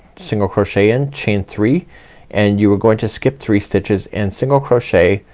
single crochet in, chain three and you are going to skip three stitches and single crochet,